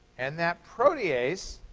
and that protease,